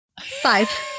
Five